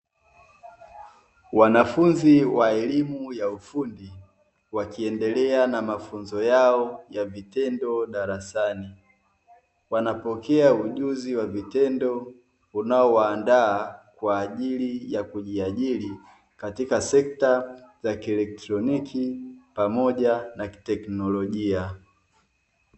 Wanafunzi wa elimu ya ufundi wakiendelea na mafunzo yao ya vitendo darasani, wanapokea ujuzi wa vitendo unaowaandaa kwa ajili ya kujiajiri katika sekta za kielektroniki pamoja na kitekinolojia.